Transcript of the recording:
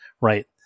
right